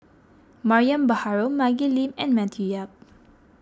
Mariam Baharom Maggie Lim and Matthew Yap